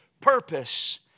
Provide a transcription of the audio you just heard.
purpose